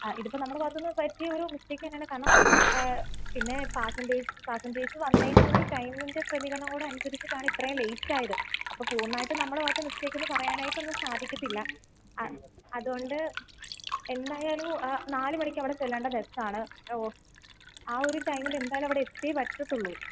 ആ ഇതിപ്പോൾ നമ്മളുടെ ഭാഗത്തു നിന്നു പറ്റിയൊരു മിസ്റ്റേക്ക് തന്നെയാണ് കാരണം പിന്നെ പാസഞ്ചേ പാസഞ്ചേഴ്സ് വന്നതിൻ്റെ ഒരു ടൈമിൻ്റെ ക്രമീകരണം കൂടി അനുസരിച്ചിട്ടാണ് ഇത്രയും ലേറ്റായത് അപ്പം പൂർണ്ണമായിട്ട് നമ്മളുടെ ഭാഗത്ത് മിസ്റ്റേക്കെന്നു പറയാനായിട്ട് ഒന്നും സാധിക്കത്തില്ല അതു കൊണ്ട് എന്നതായാലും നാല് മണിക്ക് അവിടെ ചെല്ലേണ്ട ബസ്സാണ് ആ ഒരു ടൈമിൽ എന്തായാലും അവിടെ എത്തിയെ പറ്റത്തുള്ളൂ